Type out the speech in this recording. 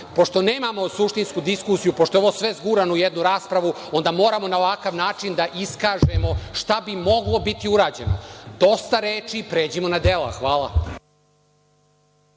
nemamo suštinsku diskusiju, pošto je ovo sve zgurano u jednu raspravu, onda moramo na ovakav način da iskažemo šta bi moglo biti urađeno. Dosta reči, pređimo na dela. Hvala.